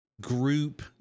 group